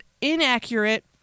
inaccurate